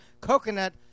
coconut